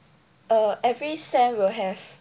uh every sem will have